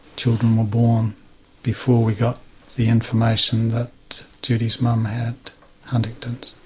children were born before we got the information that judy's mum had huntington's.